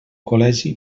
col·legi